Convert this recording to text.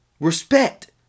Respect